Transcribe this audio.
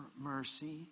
mercy